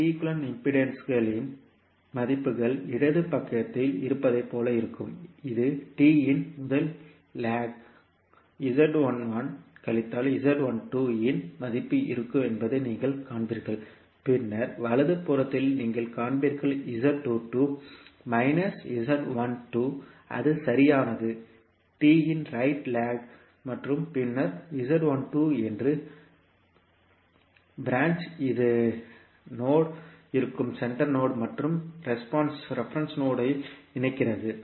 T equivalent இம்பிடேன்ஸ்களின் மதிப்புகள் இடது பக்கத்தில் இருப்பதைப் போல இருக்கும் இது T இன் முதல் லேக் கால் Z11 கழித்தல் Z12 இன் மதிப்பு இருக்கும் என்பதை நீங்கள் காண்பீர்கள் பின்னர் வலது புறத்தில் நீங்கள் காண்பீர்கள் Z22 மைனஸ் Z12 அது சரியானது T இன் ரைட் லெக் மற்றும் பின்னர் Z12 என்று பிரான்ச் இது நோட் இருக்கும் சென்டர் மற்றும் ரெப்பரன்ஸ் நோட் ஐ இணைக்கிறது